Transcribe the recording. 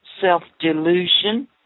Self-delusion